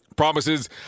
Promises